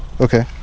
Okay